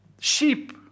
sheep